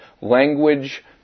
Language